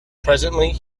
presently